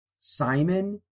simon